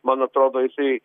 man atrodo jisai